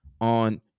on